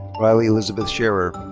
riley elizabeth scherer.